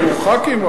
כמו חברי כנסת,